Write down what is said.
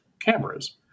cameras